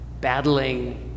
battling